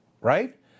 right